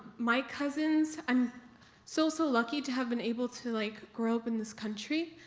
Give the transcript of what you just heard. my cousins, i'm so, so lucky to have been able to like grow up in this country.